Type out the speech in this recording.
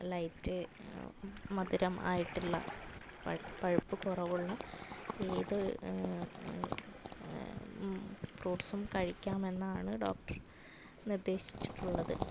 light മധുരം ആയിട്ടുള്ള പഴ് പഴുപ്പ് കുറവുള്ള ഏത് ഫ്രൂട്ട്സും കഴിക്കാമെന്നാണ് ഡോക്ടർ നിർദ്ദേശിച്ചിട്ടുള്ളത്